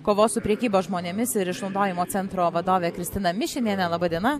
kovos su prekyba žmonėmis ir išnaudojimu centro vadovė kristina mišinienė laba diena